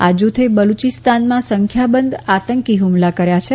આ જુથે બલુચિસ્તાનમાં સંખ્યાબંધ આતંકી હ્મલા કર્યા છે